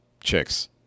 chicks